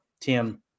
Tim